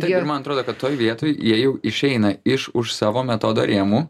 taip ir man atrodo kad toj vietoj jie jau išeina iš už savo metodo rėmų